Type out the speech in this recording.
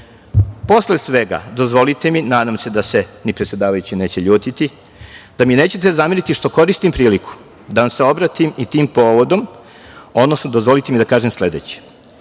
svega, dozvolite mi, nadam se da se ni predsedavajući neće ljutiti, da mi nećete zameriti što koristim priliku da vam se obratim i tim povodom, odnosno dozvolite mi da kažem sledeće. Kako